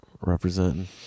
Representing